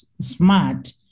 smart